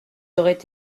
auraient